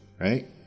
right